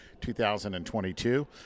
2022